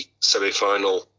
semi-final